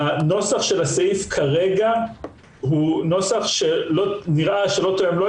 הנוסח של התקנה כרגע נראה שלא תואם את